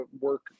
work